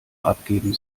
abgeben